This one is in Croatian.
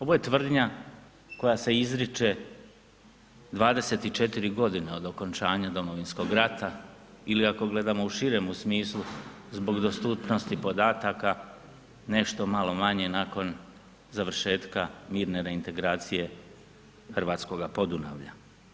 Ovo je tvrdnja koja se izriče 24 godine od okončanja Domovinskog rata ili ako gledamo u širemu smislu, zbog dostupnosti podataka, nešto malo manje nakon završetka mirne reintegracije hrvatskoga Podunavlja.